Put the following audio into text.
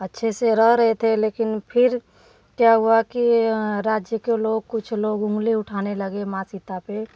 अच्छे से रह रहे थे लेकिन फिर क्या हुआ कि राज्य के लोग कुछ लोग ऊँगली उठाने लगे माँ सीता पे